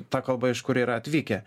ta kalba iš kur yra atvykę